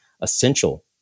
essential